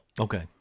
Okay